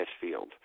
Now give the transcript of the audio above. field